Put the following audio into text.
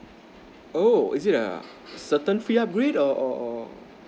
oh is it a certain free upgrade or or or